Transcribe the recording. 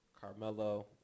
Carmelo